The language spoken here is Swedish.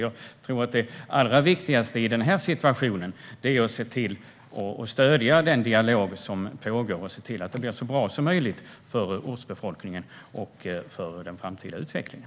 Jag tror att det allra viktigaste i den här situationen är att stödja den dialog som pågår och se till att det blir så bra som möjligt för ortsbefolkningen och för den framtida utvecklingen.